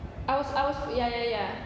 I was I was ya ya ya